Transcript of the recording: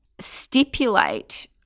stipulate